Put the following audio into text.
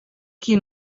chi